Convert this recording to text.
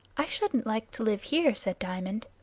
i shouldn't like to live here, said diamond.